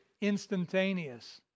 instantaneous